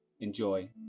enjoy